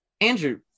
Andrew